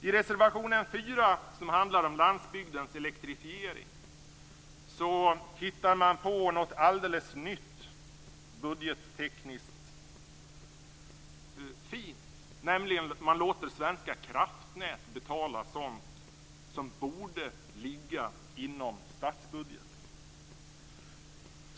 I reservation 4, som handlar om landsbygdens elektrifiering, hittar man på något alldeles nytt budgettekniskt fint. Man låter nämligen Svenska kraftnät betala sådant som borde ligga inom statsbudgeten.